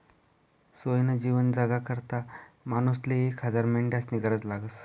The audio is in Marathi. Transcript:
सोयनं जीवन जगाकरता मानूसले एक हजार मेंढ्यास्नी गरज लागस